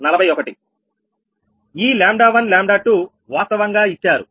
18 Pg141 ఈ 𝜆1𝜆2 వాస్తవంగా ఇచ్చారు